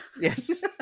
Yes